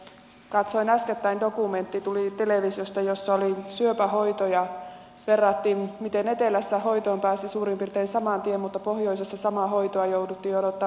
katsoin äskettäin televisiosta dokumenttia jossa syöpähoitoja verrattiin miten etelässä hoitoon pääsi suurin piirtein saman tien mutta pohjoisessa samaa hoitoa joutui odottamaan viikkokaupalla